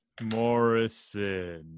Morrison